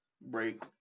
break